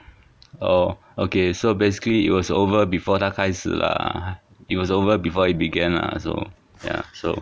oh okay so basically it was over before 她开始 lah it was over before it began lah so ya so